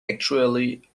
actually